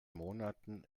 monaten